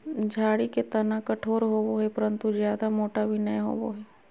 झाड़ी के तना कठोर होबो हइ परंतु जयादा मोटा भी नैय होबो हइ